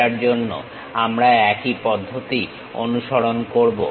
সেটার জন্য আমরা একই পদ্ধতি অনুসরণ করব